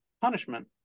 punishment